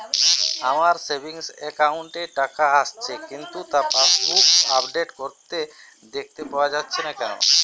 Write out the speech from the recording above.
আমার savings account এ টাকা আসছে কিন্তু তা পাসবুক আপডেট করলে দেখতে পাওয়া যাচ্ছে না কেন?